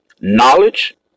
knowledge